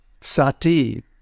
Sati